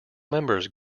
members